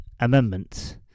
Amendments